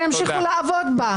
שימשיכו לעבוד בה.